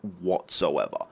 whatsoever